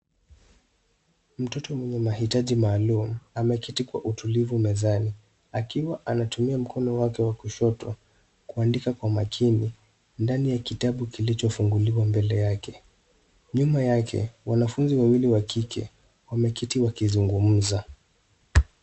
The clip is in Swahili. Mtoto mwenye mahitaji maalum, ameketi kwa utulivu mezani. Akiwa, anatumia mkono wake wa kushoto kuandika kwa makini. Ndani ya kitabu kilicho funguliwa mbele yake. Nyuma yake, wanafunzi wawili wa kike, wameketi wakizungumuza.